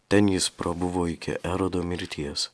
ten jis prabuvo iki erodo mirties